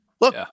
Look